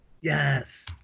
Yes